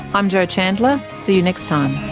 i'm jo chandler, see you next time.